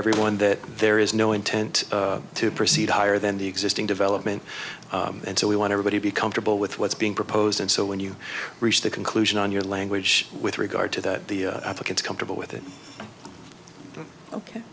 everyone that there is no intent to proceed higher than the existing development and so we want everybody to be comfortable with what's being proposed and so when you reach the conclusion on your language with regard to that the advocates comfortable with it ok